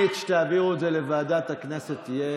שכמה שפחות עצמאים יוכלו לקבל את